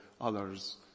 others